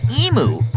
emu